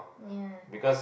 ya